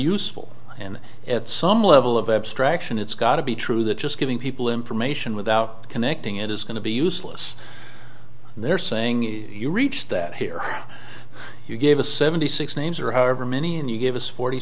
useful and at some level of abstraction it's got to be true that just giving people information without connecting it is going to be useless they're saying if you reach that here you gave a seventy six names or however many and you give us forty